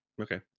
okay